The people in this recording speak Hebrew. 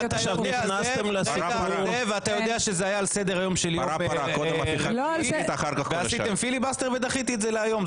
אתה יודע שזה היה על סדר היום שלי ועשיתם פיליבסטר ודחיתי את זה להיום.